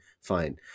fine